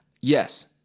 Yes